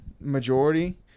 majority